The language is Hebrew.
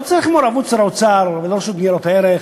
לא צריך מעורבות שר האוצר ולא הרשות לניירות ערך.